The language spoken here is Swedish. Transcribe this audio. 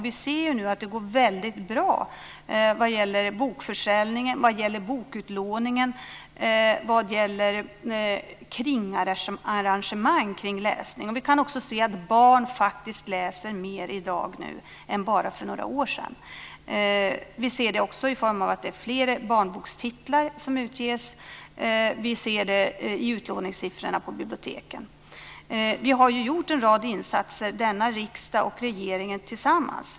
Vi ser nu att det går väldigt bra vad gäller bokförsäljning, bokutlåning och kringarrangemang runt läsning. Vi kan också se att barn läser mer i dag än för bara några år sedan. Vi ser det också i form av att det är fler barnbokstitlar som utges och i utlåningssiffrorna på biblioteken. Vi har tillsammans i riksdagen och regeringen gjort en rad insatser.